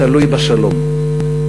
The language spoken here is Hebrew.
תלוי בשלום.